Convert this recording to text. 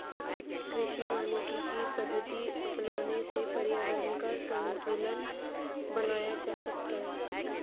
कृषि वानिकी की पद्धति अपनाने से पर्यावरण का संतूलन बनाया जा सकता है